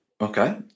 Okay